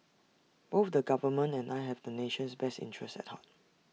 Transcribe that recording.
both the government and I have the nation's best interest at heart